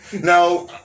Now